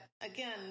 again